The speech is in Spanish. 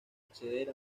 acceder